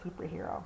superhero